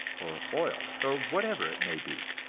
or oil, or whatever it may be.